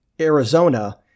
Arizona